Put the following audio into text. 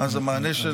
אז המענה של,